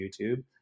YouTube